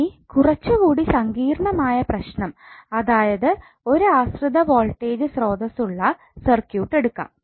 ഇനി കുറച്ചുകൂടി സങ്കീർണമായ പ്രശ്നം അതായത് ഒരു ആശ്രിത വോൾട്ടേജ് സ്രോതസ്സ് ഉള്ള സർക്യൂട്ട് എടുക്കാം